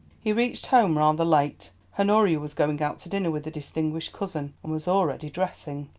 he reached home rather late. honoria was going out to dinner with a distinguished cousin, and was already dressing.